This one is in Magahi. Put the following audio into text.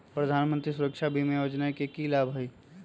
प्रधानमंत्री सुरक्षा बीमा योजना के की लाभ हई?